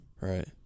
Right